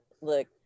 Look